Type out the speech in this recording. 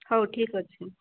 ହେଉ ଠିକ ଅଛି